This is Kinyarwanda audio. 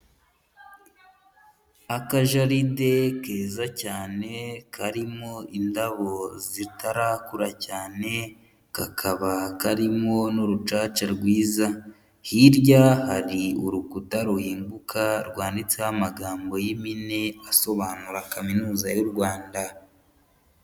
Akajaride keza cyane, karimo indabo zitarakura cyane, kakaba karimo n'urucaca rwiza, hirya hari urukuta ruhinguka, rwanditseho amagambo y'impine, asobanura kaminuza y'u Rwanda.